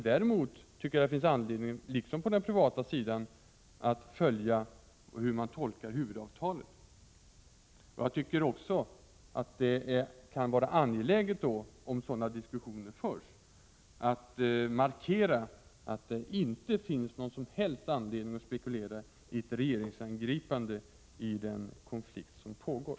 Däremot tycker jag att det finns anledning att, liksom på den privata sidan, följa hur man tolkar huvudavtalet. Jag tycker också att det kan vara angeläget att, om sådana diskussioner förs, markera att det inte finns någon som helst anledning att spekulera i ett regeringsingripande i den konflikt som pågår.